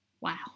wow